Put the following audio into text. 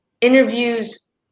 interviews